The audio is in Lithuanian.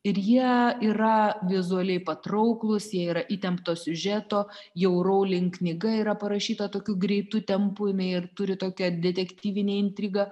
ir jie yra vizualiai patrauklūs jie yra įtempto siužeto jau rowling knyga yra parašyta tokiu greitu tempu jinai ir turi tokią detektyvinė intriga